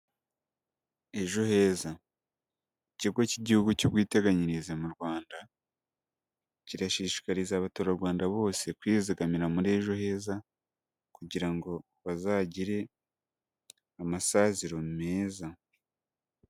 Ejoheza ikigo cy'igihugu cy'ubwiteganyirize mu Rwanda kirashishikariza abaturarwanda bose kwizigamira muri Ejoheza, kugira ngo bazagire amasaziro meza.